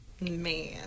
Man